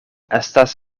estas